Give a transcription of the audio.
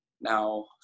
now